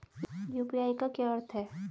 UPI का क्या अर्थ है?